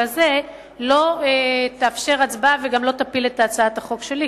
היא בזה לא תאפשר הצבעה וגם לא תפיל את הצעת החוק שלי,